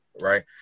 right